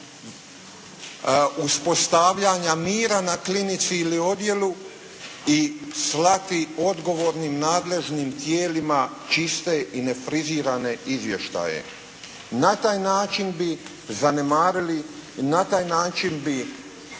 uspostavljanja mira na klinici ili odjelu i slati odgovornim nadležnim tijelima čiste i nefrizirane izvještaje. Na taj način bi zanemarili, na taj način bi